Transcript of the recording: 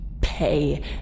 pay